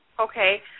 Okay